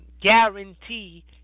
guarantee